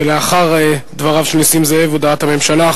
לאחר דבריו של נסים זאב, הודעת הממשלה.